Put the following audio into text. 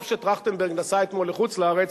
טוב שטרכטנברג נסע אתמול לחוץ-לארץ,